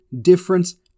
difference